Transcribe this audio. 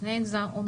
לפני זן ה-אומיקרון.